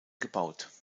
gebaut